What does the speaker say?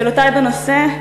שאלותי בנושא: